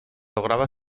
lograba